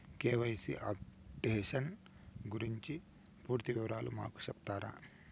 KYC updation గురించి పూర్తి వివరాలు మాకు సెప్తారా?